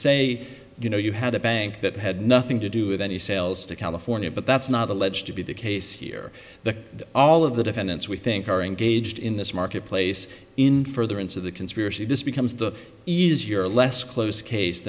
say you know you had a bank that had nothing to do with any sales to california but that's not alleged to be the case here that all of the defendants we think are engaged in this marketplace in furtherance of the conspiracy this becomes the easier less close case